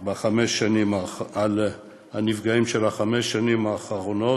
על הנפגעים של חמש השנים האחרונות.